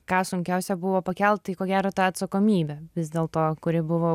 ką sunkiausia buvo pakelt tai ko gero tą atsakomybę vis dėlto kuri buvo